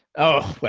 oh,